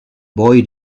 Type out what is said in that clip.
boy